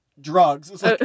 drugs